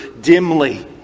dimly